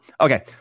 Okay